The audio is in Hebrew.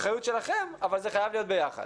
אחריות שלכם אבל זה חייב להיות ביחד.